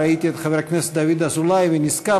ראיתי את חבר הכנסת דוד אזולאי ונזכרתי,